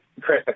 Chris